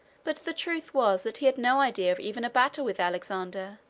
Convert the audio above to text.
but the truth was that he had no idea of even a battle with alexander,